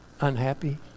unhappy